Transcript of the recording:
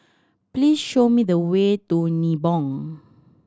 please show me the way to Nibong